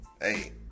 hey